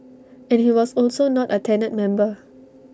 and he was also not A tenured member